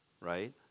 right